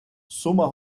сума